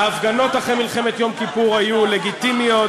ההפגנות אחרי מלחמת יום כיפור היו לגיטימיות,